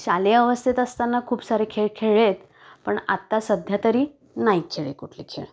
शालेय अवस्थेत असताना खूप सारे खेळ खेळले आहेत पण आत्ता सध्या तरी नाही खेळले कुठले खेळ